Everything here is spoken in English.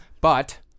but-